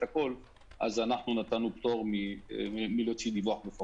הכול אז אנחנו נתנו פטור מלהוציא דיווח מפורט.